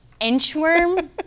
inchworm